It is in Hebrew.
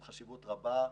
עם חשיבות רבה,